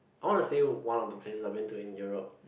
I want to say one of the places I've been to in Europe